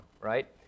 right